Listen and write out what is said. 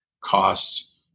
costs